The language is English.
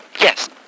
yes